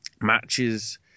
matches